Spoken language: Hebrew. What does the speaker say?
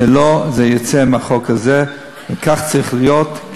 זה לא, זה יצא מהחוק הזה, וכך צריך להיות.